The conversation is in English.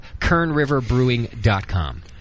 kernriverbrewing.com